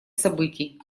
событий